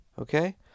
Okay